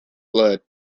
blood